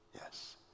yes